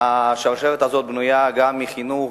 השרשרת הזאת בנויה גם מהחינוך,